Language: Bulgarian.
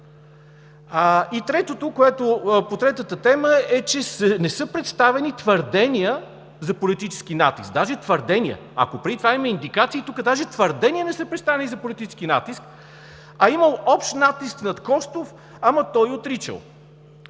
Много! И по третата тема, че „не са представени твърдения за политически натиск“. Даже твърдения! Ако преди това има индикации, тук даже твърдения не са представени за политически натиск, а „имало общ натиск над Костов, ама той отричал“.